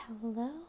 Hello